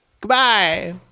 Goodbye